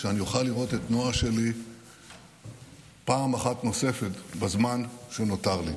שאני אוכל לראות את נועה שלי פעם אחת נוספת בזמן שנותר לי.